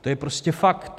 To je prostě fakt.